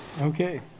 Okay